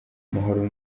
amahoro